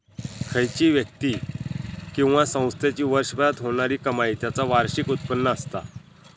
खयची व्यक्ती किंवा संस्थेची वर्षभरात होणारी कमाई त्याचा वार्षिक उत्पन्न असता